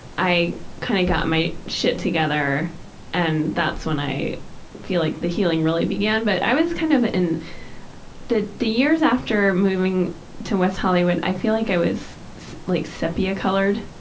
i kind of got my shit together and that's when i feel like the healing really began. but i was kind of in the the years after moving to west hollywood i feel like i was like sepia-colored.